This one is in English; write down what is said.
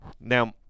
Now